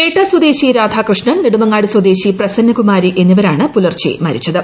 പേട്ട സ്വദേശി രാധാകൃഷ്ണൻ നെടുമങ്ങാട് സ്വദേശി പ്രസന്ന കുമാരി എന്നിവരാണ് പുലർച്ചെ മരിച്ചത്